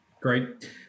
Great